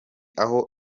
aho